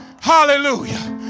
Hallelujah